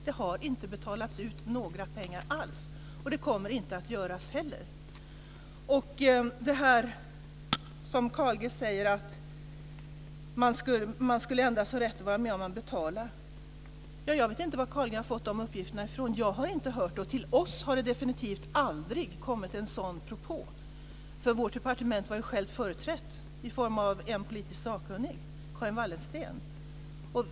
Det har inte betalats ut några pengar alls, och det kommer inte att göras heller. Carl G säger att man endast skulle ha rätt att vara med om man betalade. Jag vet inte var Carl G har fått de uppgifterna ifrån. Jag har inte hört dem. Till oss har det definitivt aldrig kommit en sådan propå. Vårt departement var ju självt företrätt i form av en politiskt sakkunnig, Karin Wallensteen.